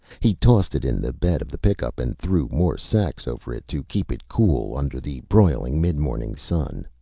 he tossed it in the bed of the pickup and threw more sacks over it to keep it cool under the broiling, midmorning sun.